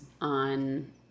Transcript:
on